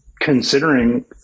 considering